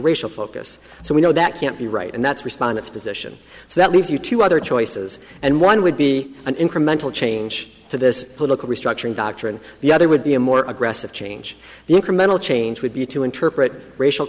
racial focus so we know that can't be right and that's respond its position so that leads you to other choices and one would be an incremental change to this political restructuring doctrine the other would be a more aggressive change the incremental change would be to interpret racial